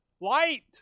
Light